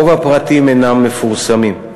רוב הפרטים אינם מתפרסמים.